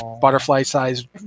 butterfly-sized